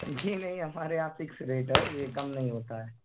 جی نہیں ہمارے یہاں فکس ریٹ ہے یہ کم نہیں ہوتا ہے